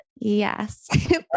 yes